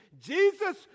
Jesus